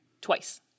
twice